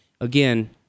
again